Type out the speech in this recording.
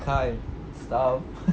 car and stuff